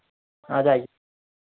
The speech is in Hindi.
आ जाइए